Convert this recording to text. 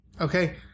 okay